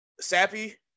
Sappy